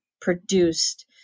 produced